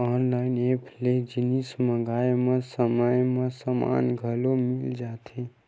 online app ले जिनिस मंगाए म समे म समान ह घलो मिल जाथे